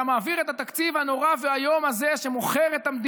אתה מעביר את התקציב הנורא והאיום הזה,